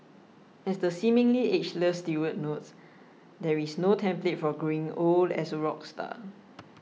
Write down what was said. as the seemingly ageless Stewart notes there is no template for growing old as a rock star